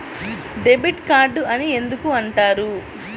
Debit card అని ఎందుకు అంటారు?